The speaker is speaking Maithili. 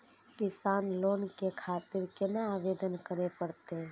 किसान लोन के खातिर केना आवेदन करें परतें?